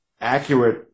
accurate